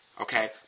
Okay